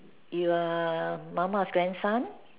you're mama's grandson